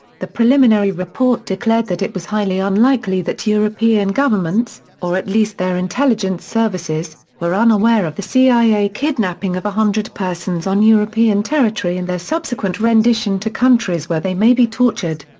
the preliminary report declared that it was highly unlikely that european governments, or at least their intelligence services were unaware of the cia kidnapping of a hundred persons on european territory and their subsequent rendition to countries where they may be tortured.